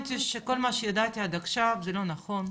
שכל מה שידעתי עד עכשיו הוא לא נכון,